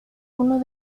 uno